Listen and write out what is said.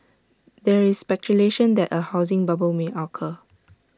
there is speculation that A housing bubble may occur